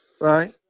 Right